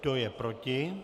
Kdo je proti?